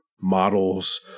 models